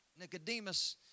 Nicodemus